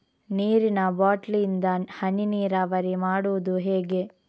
ನೀರಿನಾ ಬಾಟ್ಲಿ ಇಂದ ಹನಿ ನೀರಾವರಿ ಮಾಡುದು ಹೇಗೆ?